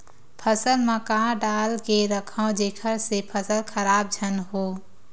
फसल म का डाल के रखव जेखर से फसल खराब झन हो?